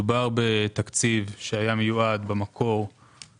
מדובר בתקציב שהיה מיועד להעברות